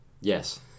Yes